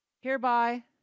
Hereby